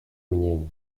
мнений